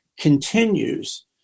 continues